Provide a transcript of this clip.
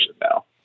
now